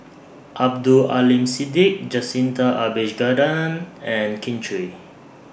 Abdul Aleem Siddique Jacintha Abisheganaden and Kin Chui